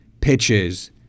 pitches